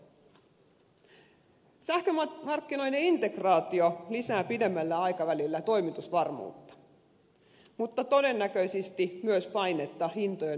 sähkömarkkinoiden integraatio lisää pidemmällä aikavälillä toimitusvarmuutta mutta todennäköisesti myös painetta hintojen nousuun suomessa